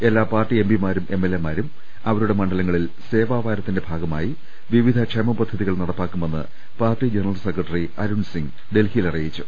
എല്ലാ പാർട്ടി എംപിമാരും എംഎൽഎമാരും അവരുടെ മണ്ഡലങ്ങളിൽ സേവാവാരത്തിന്റെ ഭാഗമായി വിവിധ ക്ഷേമ പദ്ധതി കൾ നടപ്പാക്കുമെന്ന് party general secretary Arun Singh ഡൽഹിയിൽ അറിയിച്ചു